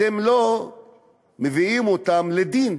אתם לא מביאים אותם לדין?